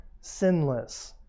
sinless